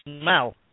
smell